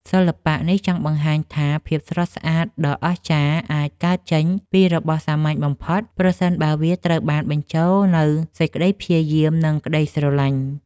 សិល្បៈនេះចង់បង្ហាញថា ភាពស្រស់ស្អាតដ៏អស្ចារ្យអាចកើតចេញពីរបស់សាមញ្ញបំផុត ប្រសិនបើវាត្រូវបានបញ្ចូលនូវសេចក្ដីព្យាយាម និងក្ដីស្រឡាញ់។